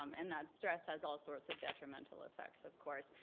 um and that stress has all sorts of detrimental effects, of course.